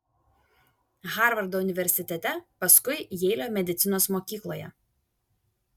harvardo universitete paskui jeilio medicinos mokykloje